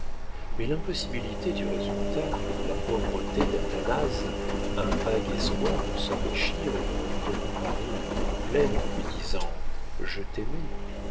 mais l'impossibilité du résultat la pauvreté d'athanase un vague espoir de s'enrichir et de revenir de paris les mains pleines en lui disant je t'aimais